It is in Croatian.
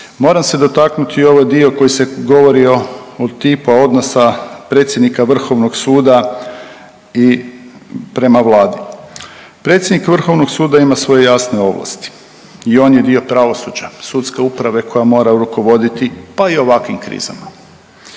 Moram se dotaknuti i ovaj dio koji se govori o, o tipa odnosa predsjednika Vrhovnoga suda i prema Vladi. Predsjednik Vrhovnoga suda ima svoje jasne ovlasti i on je dio pravosuđa, sudske uprave koja mora rukovoditi pa i ovakvim krizama.